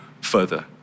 further